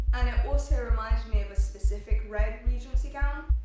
and it also reminds me of a specific red regency gown.